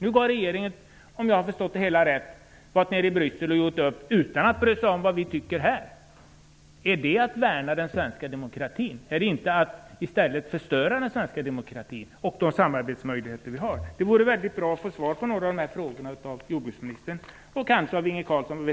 Nu har den nuvarande regeringen - såvitt jag förstår - varit nere i Bryssel och gjort upp utan att bry sig om vad vi tycker här. Är det att värna den svenska demokratin? Är inte det att i stället förstöra den svenska demokratin och de samarbetsmöjligheter vi har? Det vore verkligen bra att få svar på några av frågorna av jordbruksministern - och kanske av Inge